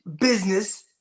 business